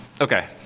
okay